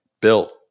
built